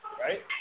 right